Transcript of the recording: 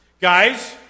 Guys